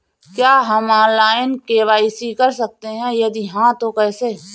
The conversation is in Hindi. क्या हम ऑनलाइन के.वाई.सी कर सकते हैं यदि हाँ तो कैसे?